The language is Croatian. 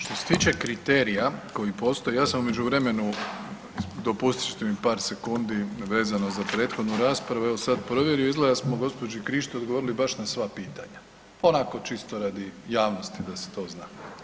Što se tiče kriterija koji postoji, ja sam u međuvremenu dopustit ćete mi par sekundi vezano za prethodnu raspravu evo sad provjerio, izgleda da smo gospođi Krišto odgovorili baš na sva pitanja, onako čisto radi javnosti da se to zna.